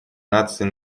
наций